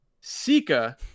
sika